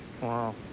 Wow